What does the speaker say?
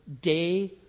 day